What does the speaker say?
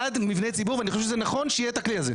אני בעד מבני ציבור ואני חושב שזה נכון שיהיה את הכלי הזה.